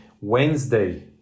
Wednesday